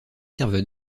servent